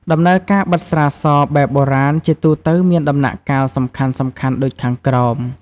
ដំណើរការបិតស្រាស បែបបុរាណ ជាទូទៅមានដំណាក់កាលសំខាន់ៗដូចខាងក្រោម។